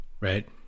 right